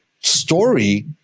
story